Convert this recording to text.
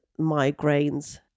migraines